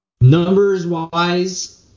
Numbers-wise